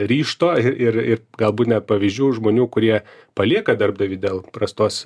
ryžto ir ir galbūt net pavydžių žmonių kurie palieka darbdavį dėl prastos